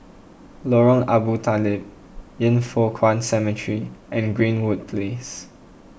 Lorong Abu Talib Yin Foh Kuan Cemetery and Greenwood Place